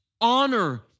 honor